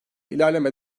ilerleme